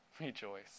rejoice